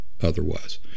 otherwise